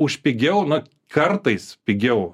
už pigiau na kartais pigiau